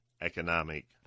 economic